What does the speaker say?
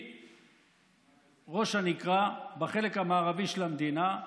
מראש הנקרה בחלק המערבי של המדינה,